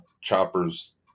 Chopper's